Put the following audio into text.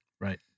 Right